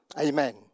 Amen